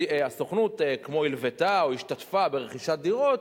הסוכנות כמו הלוותה או השתתפה ברכישת דירות,